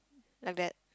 like that